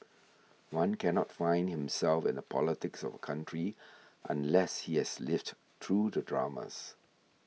one cannot find himself in the politics of country unless he has lived through the dramas